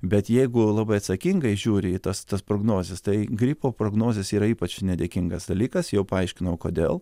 bet jeigu labai atsakingai žiūri į tas tas prognozes tai gripo prognozės yra ypač nedėkingas dalykas jau paaiškinau kodėl